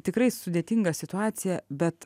tikrai sudėtinga situacija bet